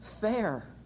fair